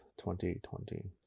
2020